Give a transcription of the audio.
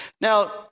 Now